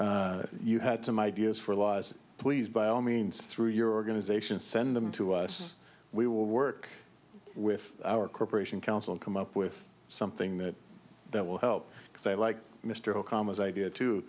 you had some ideas for lies please by all means through your organization send them to us we will work with our corporation council come up with something that that will help because i like mr obama's idea to